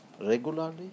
regularly